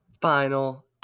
final